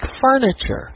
furniture